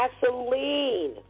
Vaseline